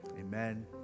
amen